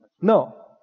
No